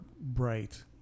bright